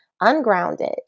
ungrounded